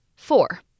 Four